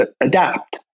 adapt